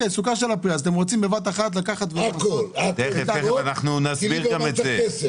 אז אתם רוצים בבת אחת לקחת --- תיכף נסביר גם את זה.